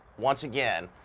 once again,